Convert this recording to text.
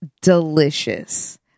delicious